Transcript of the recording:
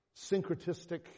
syncretistic